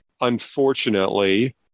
unfortunately